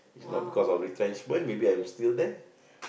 if not because of retrenchment maybe I'm still there